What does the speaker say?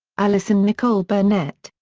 allyson nichole burnett,